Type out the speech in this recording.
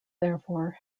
therefore